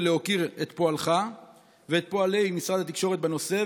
ולהוקיר את פועלך ואת פועלו של משרד התקשורת בנושא,